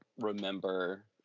remember